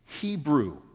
Hebrew